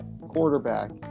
quarterback